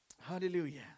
Hallelujah